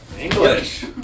English